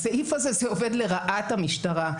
בסעיף הזה זה עובד לרעת המשטרה.